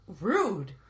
rude